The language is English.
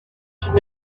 should